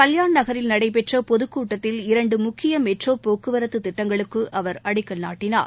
கல்யாண் நகரில் நடைபெற்ற பொதுக்கூட்டத்தில் இரண்டு முக்கிய மெட்ரோ போக்குவரத்து திட்டங்களுக்கு அவர் அடிக்கல் நாட்டினார்